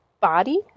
body